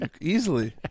easily